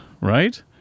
right